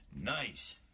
Nice